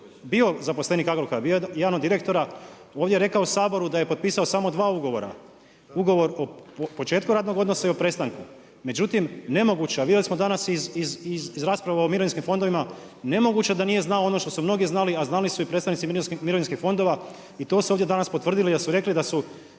bio zaposlenik Agrokora, bio je jedan od direktora, ovdje je rekao Saboru da je potpisao samo dva ugovora. Ugovora o početku radnog odnosa i o prestanku. Međutim, nemoguća vijest, vidjeli smo danas iz rasprave o mirovinskim fondovima, nemoguće da nije znao ono što su mnogi znali a znali su predstavnici mirovinskih fondova i to su ovdje danas i potvrdili jer su rekli da su